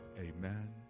amen